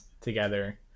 together